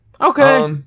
okay